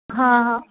ਹਾਂ